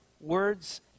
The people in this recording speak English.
words